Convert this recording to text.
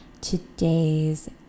today's